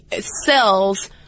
cells